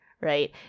right